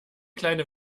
kleine